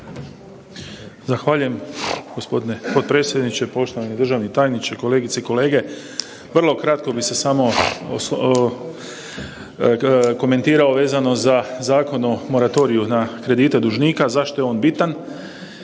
Zahvaljujem. Gospodine potpredsjedniče, poštovani državni tajniče, kolegice i kolege. Vrlo kratko bih se samo komentirao vezano za Zakon o moratoriju na kredite dužnike zašto je on bitan.